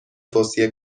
توصیه